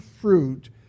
fruit